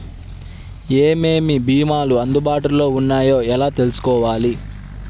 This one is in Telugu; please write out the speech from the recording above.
ఏమేమి భీమాలు అందుబాటులో వున్నాయో ఎలా తెలుసుకోవాలి?